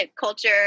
culture